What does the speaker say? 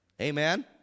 Amen